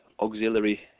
auxiliary